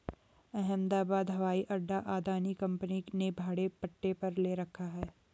अहमदाबाद हवाई अड्डा अदानी कंपनी ने भाड़े पट्टे पर ले रखा है